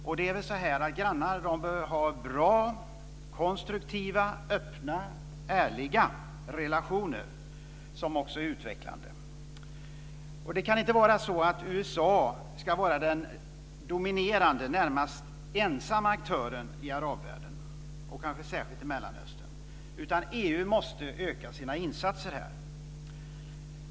Och det är väl så att grannar bör ha bra, konstruktiva, öppna, ärliga relationer - relationer som också är utvecklande. Det kan inte vara så att USA ska vara den dominerande, närmast ensamma, aktören i arabvärlden och kanske särskilt i Mellanöstern. EU måste öka sina insatser här.